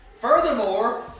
Furthermore